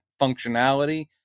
functionality